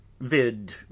vid